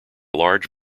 large